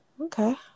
Okay